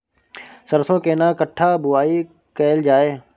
सरसो केना कट्ठा बुआई कैल जाय?